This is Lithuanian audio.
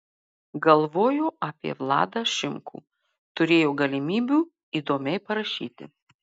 galvojo apie vladą šimkų turėjo galimybių įdomiai parašyti